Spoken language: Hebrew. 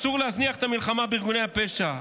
אסור להזניח את המלחמה בארגוני הפשע,